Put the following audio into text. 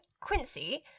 Quincy